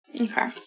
Okay